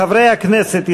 חברי הכנסת,